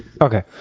Okay